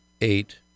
eight